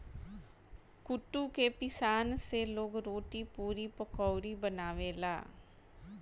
कुटू के पिसान से लोग रोटी, पुड़ी, पकउड़ी बनावेला